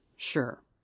sure